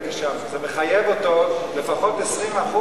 הייתי שם וזה מחייב אותו לפחות 20%